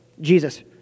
Jesus